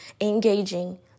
engaging